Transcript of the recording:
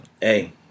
Hey